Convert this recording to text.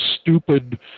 stupid